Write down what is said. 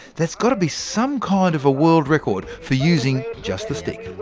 that's got to be some kind of a world record for using just a stick